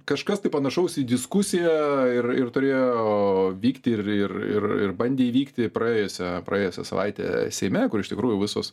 kažkas tai panašaus į diskusiją ir ir turėjo vykti ir ir ir ir bandė įvykti praėjusią praėjusią savaitę seime kur iš tikrųjų visos